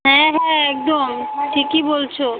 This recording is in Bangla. হ্যাঁ হ্যাঁ একদম ঠিকই বলছ